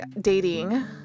dating